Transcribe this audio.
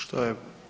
Što je?